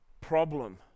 problem